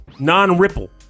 Non-ripple